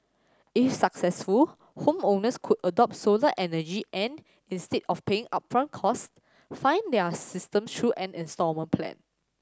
if successful homeowners could adopt solar energy and instead of paying upfront costs fund their system through an instalment plan